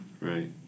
Right